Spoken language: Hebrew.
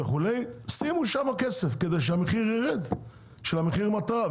שימו שם כסף כדי שהמחיר ירד של המחיר מטרה,